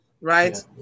right